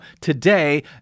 today